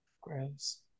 Gross